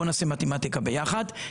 בוא נעשה מתמטיקה ביחד,